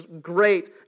great